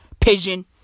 pigeon